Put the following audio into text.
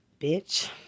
bitch